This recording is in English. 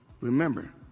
Remember